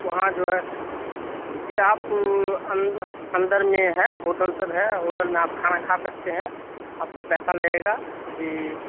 وہاں جو ہے جی آپ ان اندر میں ہے ہوٹل سب ہے ہوٹل میں آپ کھانا کھا سکتے ہیں آپ کو پیسہ لگے گا جی